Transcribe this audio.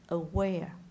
aware